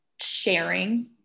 sharing